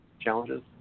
challenges